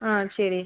ஆ சரி